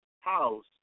house